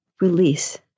release